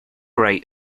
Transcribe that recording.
right